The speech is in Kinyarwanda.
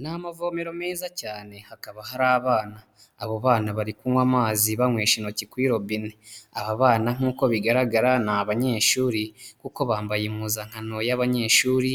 Ni amavomero meza cyane, hakaba hari abana, abo bana bari kunywa amazi banywesha intoki kuri robine, aba bana nk'uko bigaragara ni abanyeshuri, kuko bambaye impuzankano y'abanyeshuri,